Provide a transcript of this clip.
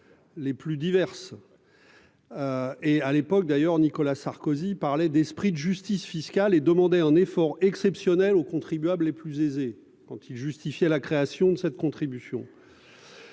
les plus diverses et, à l'époque d'ailleurs Nicolas Sarkozy parlait d'esprit de justice fiscale et demander un effort exceptionnel aux contribuables les plus aisés quand il justifiait la création de cette contribution,